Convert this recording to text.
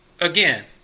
again